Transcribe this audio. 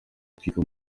utwika